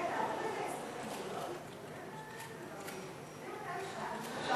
באמת, לתת לו לענות, אם אדם שאל, הוא